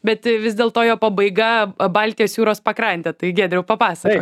bet vis dėl to jo pabaiga baltijos jūros pakrantė tai giedriau papasakok